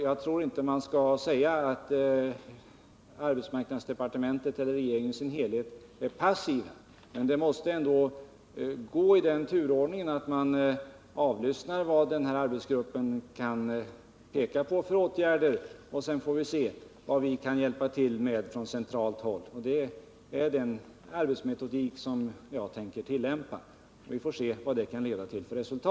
Jag tror inte att man skall säga att arbetsmarknadsdepartementet och regeringen i sin helhet är passiva, men det måste gå i den turordningen att man först avlyssnar vad arbetsgruppen pekar på för åtgärder och sedan ser vad man kan hjälpa till med från centralt håll. Det är den arbetsmetodik som jag tänker tillämpa, och vi får se vad det kan leda till för resultat.